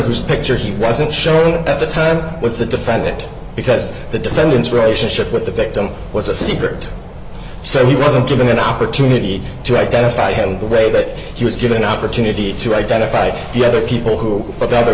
whose picture he wasn't sharing at the time was the defend it because the defendant's relationship with the victim was a secret so he wasn't given an opportunity to identify him the way that he was given an opportunity to identify the other people who are the other